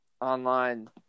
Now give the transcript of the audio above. online